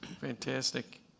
Fantastic